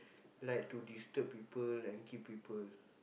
like to disturb people and kill people